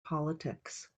politics